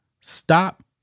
stop